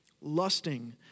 lusting